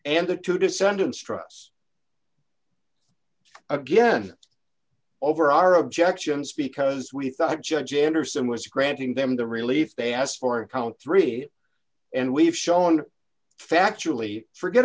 and the two descendants trusts again over our objections because we thought judge andersen was granting them the relief they asked for and count three and we've shown f